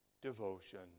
devotion